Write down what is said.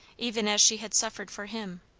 even as she had suffered for him.